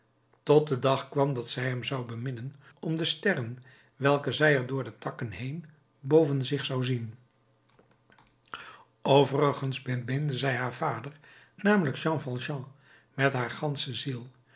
tot de dag kwam dat zij hem zou beminnen om de sterren welke zij er door de takken heen boven zich zou zien overigens beminde zij haar vader namelijk jean valjean met haar gansche ziel